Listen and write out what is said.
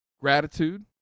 gratitude